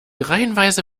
reihenweise